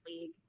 league